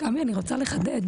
עמי אני רוצה לחדד,